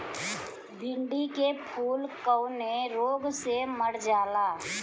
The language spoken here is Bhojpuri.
भिन्डी के फूल कौने रोग से मर जाला?